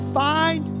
find